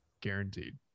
Guaranteed